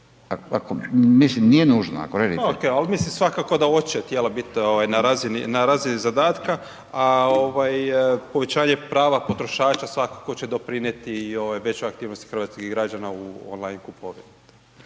mislim nije nužno, ako želite. **Lucić, Zdenko** Ok, mislim svakako da hoće tijela biti na razini zadatka, a ovaj povećanje prava potrošača svakako će doprinijeti i ovaj većoj aktivnosti hrvatskih građana u on-line kupovini.